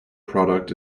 product